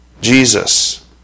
Jesus